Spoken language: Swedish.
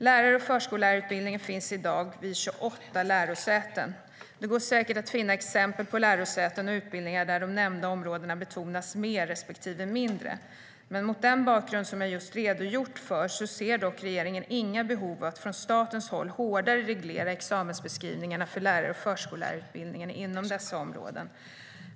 Lärar och förskollärarutbildning finns i dag vid 28 lärosäten. Det går säkert att finna exempel på lärosäten och utbildningar där de nämnda områdena betonas mer respektive mindre. Mot den bakgrund som jag just har redogjort för ser dock regeringen inga behov av att från statens håll hårdare reglera examensbeskrivningarna för lärar och förskollärarutbildningarna inom dessa områden.